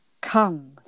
come